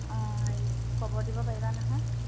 অঁ এই খবৰ দিব পাৰিবা নহয়